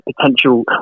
potential